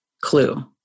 clue